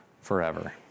forever